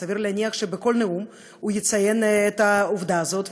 סביר להניח שבכל נאום הוא יציין את העובדה הזאת,